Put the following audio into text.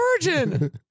virgin